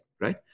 right